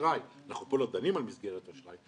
האשראי אנחנו לא דנים על מסגרת האשראי.